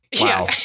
Wow